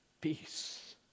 peace